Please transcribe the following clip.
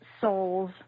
souls